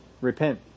Repent